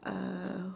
uh